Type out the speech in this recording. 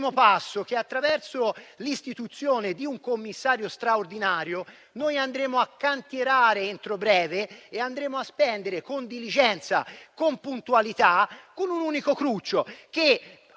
passo, attraverso l'istituzione di un commissario straordinario, per andare a cantierare entro breve e a spendere con diligenza e puntualità, con un unico cruccio.